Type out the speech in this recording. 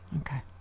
Okay